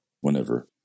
Whenever